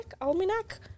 Almanac